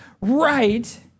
right